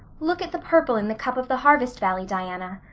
look at the purple in the cup of the harvest valley, diana.